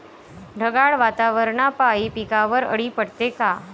ढगाळ वातावरनापाई पिकावर अळी पडते का?